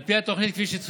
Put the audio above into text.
על פי התוכנית, כפי שצוין,